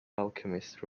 alchemist